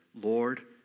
Lord